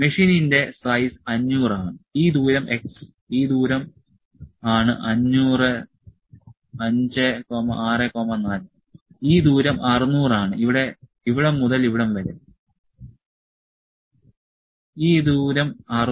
മെഷീനിന്റെ size 500 ആണ് ഈ ദൂരം x ഈ ദൂരം ആണ് 500 5 6 4 ഈ ദൂരം 600 ആണ് ഇവിടം മുതൽ ഇവിടെ വരെ ഈ ദൂരം 600 ഉം ഉയരം 400 ഉം ആണ്